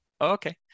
Okay